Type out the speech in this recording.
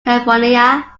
california